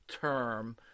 term